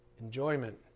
enjoyment